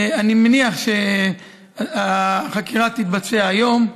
אני מניח שהחקירה תתבצע היום.